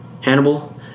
Hannibal